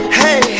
hey